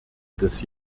des